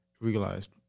realized